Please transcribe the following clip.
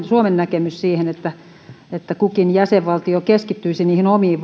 suomen näkemys että että kukin jäsenvaltio keskittyisi niihin omiin